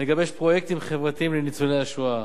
מגבש פרויקטים חברתיים לניצולי השואה